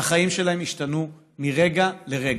שהחיים שלהם השתנו מרגע לרגע,